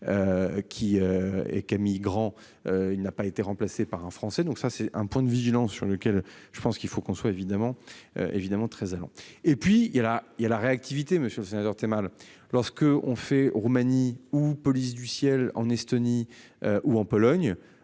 Qui. Et Camille Grand. Il n'a pas été remplacée par un français, donc ça c'est un point de vigilance sur lequel, je pense qu'il faut qu'on soit évidemment évidemment très allant. Et puis il y a là il y a la réactivité. Monsieur le sénateur es mal lorsque on fait Roumanie ou police du ciel en Estonie ou en Pologne.